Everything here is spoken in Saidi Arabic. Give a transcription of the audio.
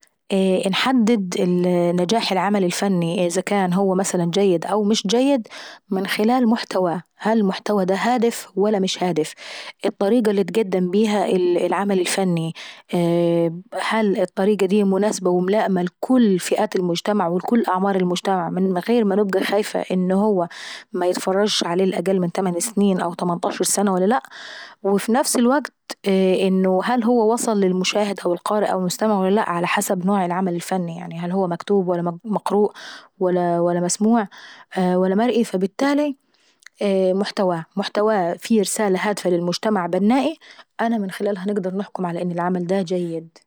ايه انحدد نجاح العمل الفني اذا كان هومثلا جيد او مش جيد من خلال محتواه. هل المحتوى دا هداف ولا مش هادف؟ الطريقة اللي اتعمل بيها العمل الفني، هل الطريقة دي مناسبة وملائمة لكل فئات المجتمع ولكل أطياف المجتمع من غير ما نبقى خايفة ان هو ميتفرجش عليه الأقل من تمان سنين او تمانطاشر سنة او لا، وفي نفس الوكت ان هل هو وصل للقاريء او للمشاهد او المستمع على حسب نوع العمل هل هو مكتوب او مقروء او مسموع او مرئي. فالبتالاي محتواه، محتواه فيه رسالة هادفة بناءي انا هنقدر نحكم على العمل الفني دا على انه جيد.